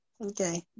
Okay